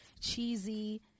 cheesy